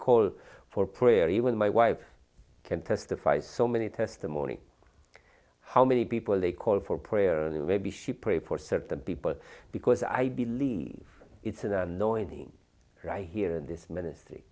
call for prayer even my wife can testify so many testimony how many people they call for prayer and maybe she pray for certain people because i believe it's an anointing right here in this ministry